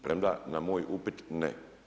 Premda na moj upit ne.